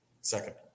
Second